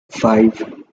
five